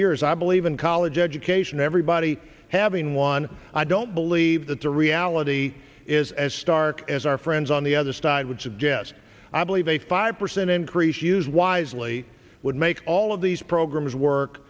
years i believe in college education everybody having one i don't believe that the reality is as stark as our friends on the other side would suggest i believe a five percent increase use wisely would make all of these programs work